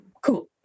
Cool